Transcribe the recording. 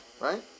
Right